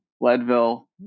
Leadville